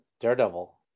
Daredevil